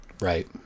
Right